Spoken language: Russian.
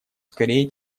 скорее